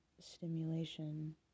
stimulation